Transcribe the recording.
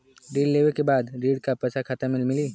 ऋण लेवे के बाद ऋण का पैसा खाता में मिली?